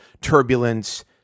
turbulence